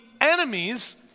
enemies